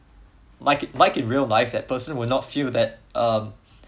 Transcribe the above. like like in real life that person would not feel that um